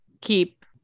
Keep